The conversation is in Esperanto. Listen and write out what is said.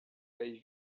kaj